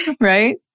right